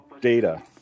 data